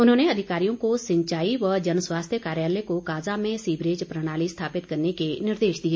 उन्होंने अधिकारियों को सिंचाई व जनस्वास्थ्य कार्यालय को काजा में सीवरेज प्रणाली स्थापित करने के निर्देश दिए